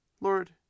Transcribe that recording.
Lord